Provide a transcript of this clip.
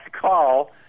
call